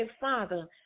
Father